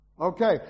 Okay